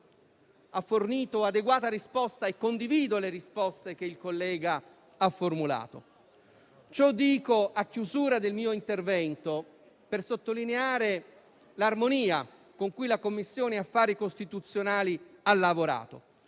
ha fornito adeguata risposta, e condivido le risposte che il collega ha formulato. Ciò dico a chiusura del mio intervento per sottolineare l'armonia con cui la Commissione affari costituzionali ha lavorato,